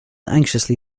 anxiously